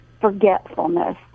forgetfulness